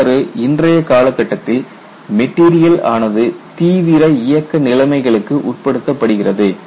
இவ்வாறு இன்றைய காலகட்டத்தில் மெட்டீரியல் ஆனது தீவிர இயக்க நிலைமைகளுக்கு உட்படுத்தப்படுகிறது